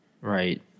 right